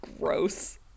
Gross